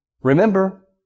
Remember